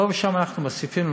פה ושם אנחנו מוסיפים,